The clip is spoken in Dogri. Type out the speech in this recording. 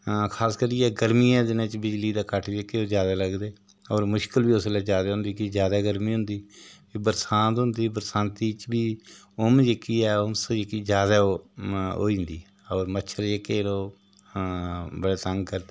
खासकर करियै गर्मियें दे दिनें च बिजली दा कट जेह्के ओह् ज्यादा लगदे होर मुश्कल बी उस बेल्लै ज्यादा होंदी कि ज्यादा गर्मी होंदी बरसांत होंदी बरसांती च बी हुम्म जेह्की ऐ उमस जेह्की ऐ ओह् ज्यादा होई जंदी होर मच्छर जेह्के न ओह् बड़ा तंग करदे